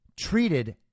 treated